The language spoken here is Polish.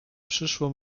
przyszło